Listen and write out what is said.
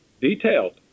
detailed